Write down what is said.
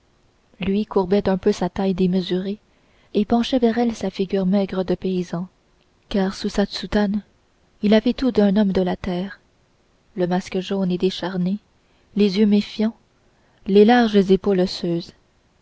lui courbait un peu sa taille démesurée et penchait vers elle sa figure maigre de paysan car sous sa soutane il avait tout d'un homme de la terre le masque jaune et décharné les yeux méfiants les larges épaules osseuses